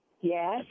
yes